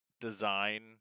design